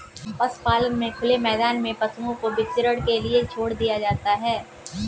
पशुपालन में खुले मैदान में पशुओं को विचरण के लिए छोड़ दिया जाता है